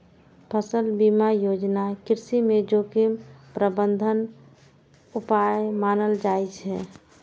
फसल बीमा योजना कृषि मे जोखिम प्रबंधन उपाय मानल जाइ छै